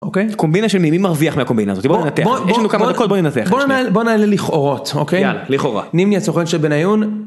אוקיי? -קומבינה של מי, מי מרוויח מהקומבינה הזאת? בוא ננתח, -בוא, בוא... -יש לנו כמה דקות, בוא ננתח את זה שנייה. -בוא נ... בוא נעלה לכאורות, אוקיי? -יאללה. לכאורה. -נמני, הסוכן של בניון?